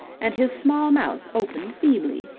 and his small mouth opened feebly.